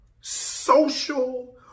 social